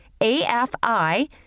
AFI